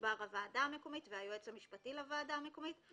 גזבר הוועדה המקומית והיועץ המשפטי לוועדה המקומית,